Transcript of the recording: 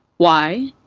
why?